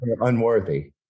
unworthy